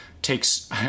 takes